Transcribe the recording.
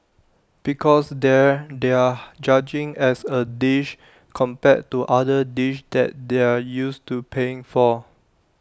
because there they're judging as A dish compared to other dishes that they're used to paying for